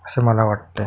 असं मला वाटते